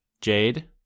Jade